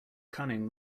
cunning